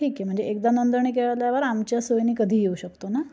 ठीक आहे म्हणजे एकदा नोंदणी केल्यावर आमच्या सोयीने कधी येऊ शकतो ना